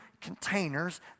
containers